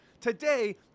Today